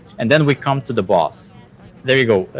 and then we come to the boss there you go,